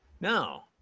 No